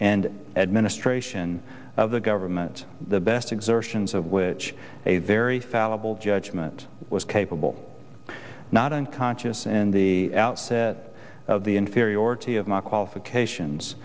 and administration of the government the best exertions of which a very fallible judgment was capable not unconscious in the outset of the inferiority of my qualifications